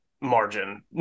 margin